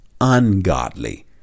ungodly